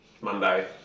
Monday